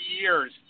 years